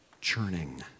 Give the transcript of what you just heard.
churning